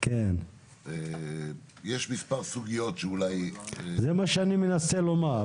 יש מספר סוגיות שאולי --- זה מה שאני מנסה לומר,